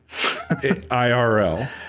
IRL